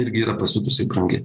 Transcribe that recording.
irgi yra pasiutusiai brangi